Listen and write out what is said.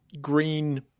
green